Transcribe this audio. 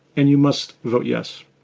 and you must vote yes.